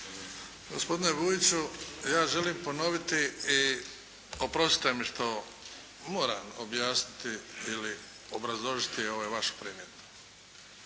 Gospodine Vujiću! Ja želim ponoviti i oprostite mi što, moram objasniti ili obrazložiti ovu vašu primjedbu.